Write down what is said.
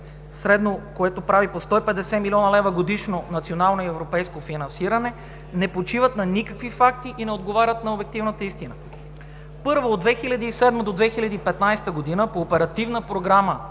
средно, което прави по 150 млн. лв. годишно национално и европейско финансиране не почиват на никакви факти и не отговарят на обективната истина. Първо, от 2007 г. до 2015 г. по Оперативна програма